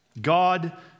God